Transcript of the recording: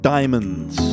Diamonds